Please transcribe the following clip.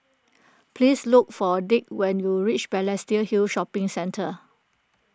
please look for Dirk when you reach Balestier Hill Shopping Centre